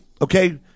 Okay